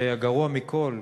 והגרוע מכול,